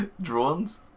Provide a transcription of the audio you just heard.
Drones